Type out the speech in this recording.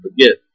forget